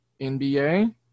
NBA